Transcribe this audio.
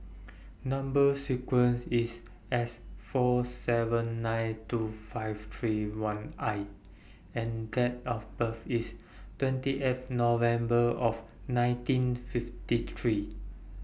Number sequence IS S four seven nine two five three one I and Date of birth IS twenty eighth November of nineteen fifty three